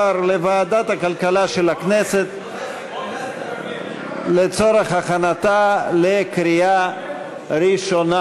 לוועדת הכלכלה של הכנסת לצורך הכנתה לקריאה ראשונה.